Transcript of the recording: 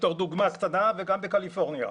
גם בקליפורניה.